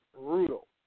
brutal